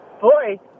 boy